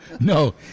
No